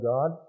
God